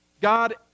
God